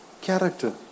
character